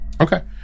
Okay